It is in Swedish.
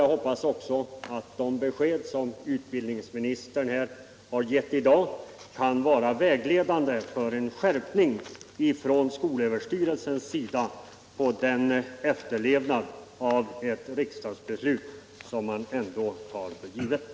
Jag hoppas också att de besked som utbildningsministern har gett här i dag kan vara vägledande för en skärpning från skolöverstyrelsens sida när det gäller den efterlevnad av ett riksdagsbeslut som man ändå tar för given.